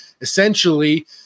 essentially